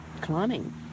climbing